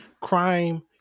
crime